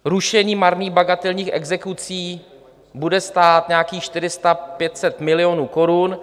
Rušení marných bagatelních exekucí bude stát nějakých 400, 500 milionů korun.